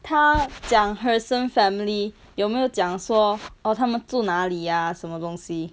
他讲 harrison family 有没有讲说 oh 他们住哪里 ah 什么东西